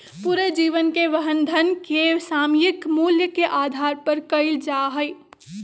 पूरे जीवन के वहन धन के सामयिक मूल्य के आधार पर कइल जा हई